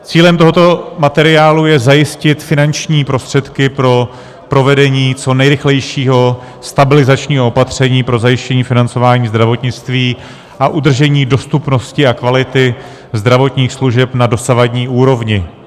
Cílem tohoto materiálu je zajistit finanční prostředky pro provedení co nejrychlejšího stabilizačního opatření pro zajištění financování zdravotnictví a udržení dostupnosti a kvality zdravotních služeb na dosavadní úrovni.